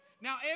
Now